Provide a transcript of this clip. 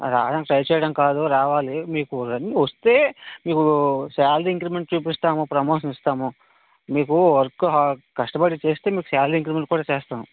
రావడానికి ట్రై చేయడం కాదు రావాలి మీకు రండి వస్తే మీకు శాలరీ ఇంక్రిమెంట్ చూపిస్తాము ప్రమోషన్ ఇస్తాము మీకు వర్క్ కష్టపడి చేస్తే మీకు శాలరీ ఇంక్రిమెంట్ కూడా చేస్తాం